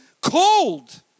cold